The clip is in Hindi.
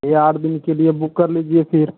छः आठ दिन के लिए बुक कर लीजिए फ़िर